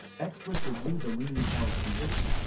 experts reviewed the leaning tower's condition,